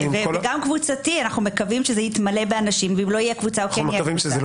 גם קבוצתי אנו מקווים שיתמלא באנשים- -- מקווים שלא